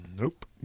Nope